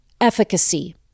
Efficacy